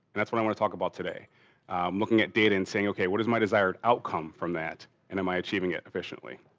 that's what i want to talk about today. i'm looking at data and saying okay, what is my desired outcome from that and am i achieving it efficiently?